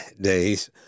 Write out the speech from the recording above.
days